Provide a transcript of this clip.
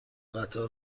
قطار